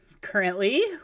currently